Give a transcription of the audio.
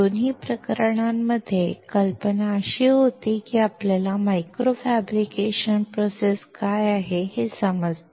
दोन्ही प्रकरणांमध्ये कल्पना अशी होती की आपल्याला मायक्रो फॅब्रिकेशन प्रोसेस काय आहे हे समजते